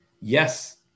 Yes